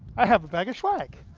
i have a bag of schwag.